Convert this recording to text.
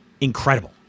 incredible